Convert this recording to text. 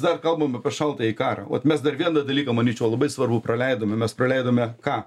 dar kalbam apie šaltąjį karą vot mes dar vieną dalyką manyčiau labai svarbų praleidome mes praleidome ką